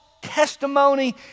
testimony